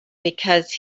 because